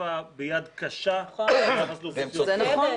אכיפה ביד קשה ביחס ל --- הם צודקים.